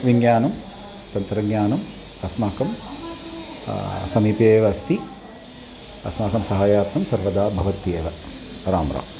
विज्ञानं तन्त्रज्ञानम् अस्माकं समीपे एव अस्ति अस्माकं सहायार्थं सर्वदा भवत्येव रामराम